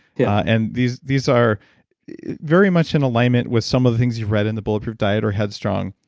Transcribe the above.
yeah and these these are very much in alignment with some of the things you've read in the bulletproof diet or head strong,